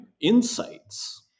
insights